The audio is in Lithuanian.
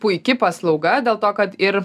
puiki paslauga dėl to kad ir